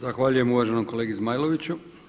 Zahvaljujem uvaženom kolegi Zmajloviću.